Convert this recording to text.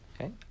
Okay